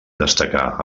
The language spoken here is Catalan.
destacar